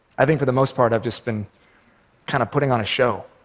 i think for the most part i've just been kind of putting on a show,